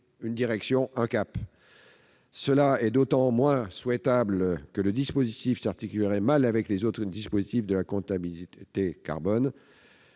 une direction, un cap. Cela est d'autant moins souhaitable que le dispositif s'articulerait mal avec les autres outils de la compatibilité carbone.